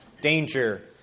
danger